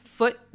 foot